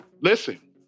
Listen